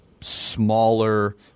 smaller